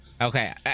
Okay